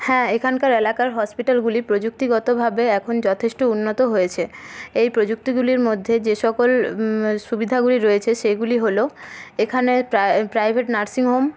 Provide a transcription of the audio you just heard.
হ্যাঁ এখানকার এলাকার হসপিটালগুলি প্রযুক্তিগতভাবে এখন যথেষ্ট উন্নত হয়েছে এই প্রযুক্তিগুলির মধ্যে যে সকল সুবিধাগুলি রয়েছে সেগুলি হল এখানে প্রায় প্রাইভেট নার্সিং হোম